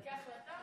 כהחלטה?